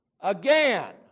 again